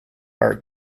art